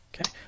Okay